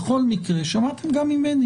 בכל מקרה, שמעת גם ממני,